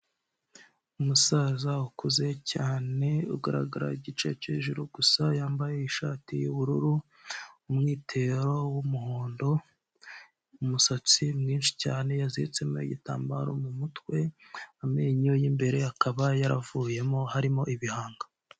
Umusaza ukuze cyane ugaragara igice cyo hejuru gusa yambaye ishati y'ubururu, umwitero w'umuhondo, umusatsi mwinshi cyane yaziritsemo igitambaro mu mutwe, amenyo y'imbere akaba yaravuyemo harimo ibihanga.